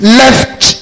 left